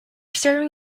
serving